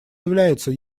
является